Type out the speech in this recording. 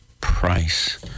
price